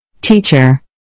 Teacher